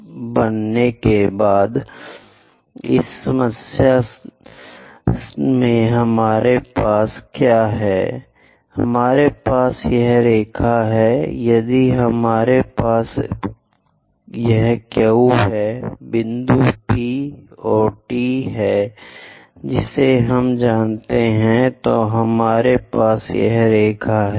हालाँकि इस समस्या में हमारे पास क्या है हमारे पास यह रेखा है यदि हमारे पास यह Q बिंदु P और T है जिसे हम जानते हैं तो हमारे पास यह रेखा है